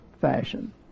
fashion